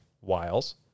Wiles